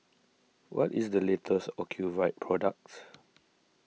what is the latest Ocuvite product